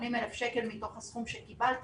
80,000 שקל מתוך הסכום שהוא קיבל.